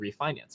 refinance